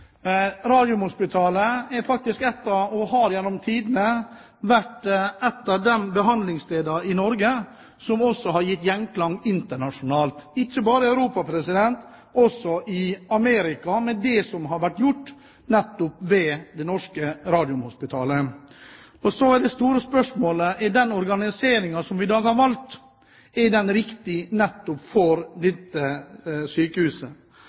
og har gjennom tidene vært, et av de behandlingsstedene i Norge som også har gitt gjenklang internasjonalt, ikke bare i Europa, men også i Amerika, med det som har vært gjort ved Det norske radiumhospital. Så er det store spørsmålet: Er den organiseringen vi i dag har valgt, riktig for nettopp dette sykehuset? Mitt personlige ståsted er klokkeklart: Nei, det er det